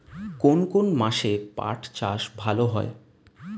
কোন কোন মাসে পাট চাষ ভালো হয়?